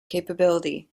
capability